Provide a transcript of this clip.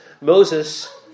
Moses